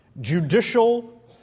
Judicial